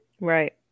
right